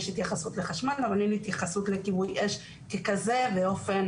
יש התייחסות לחשמל אבל אין התייחסות לכיבוי אש ככזה באופן